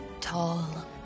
tall